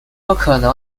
可能